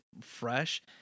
fresh